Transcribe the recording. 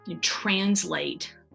translate